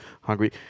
hungry